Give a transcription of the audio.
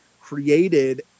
created